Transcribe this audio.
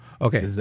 Okay